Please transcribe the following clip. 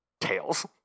tails